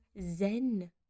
zen